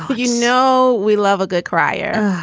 you know, we love a good crier.